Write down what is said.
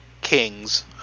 kings